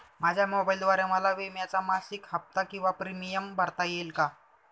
माझ्या मोबाईलद्वारे मला विम्याचा मासिक हफ्ता किंवा प्रीमियम भरता येईल का?